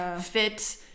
fit